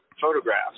photographs